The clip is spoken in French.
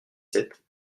sept